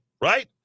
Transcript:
right